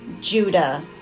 Judah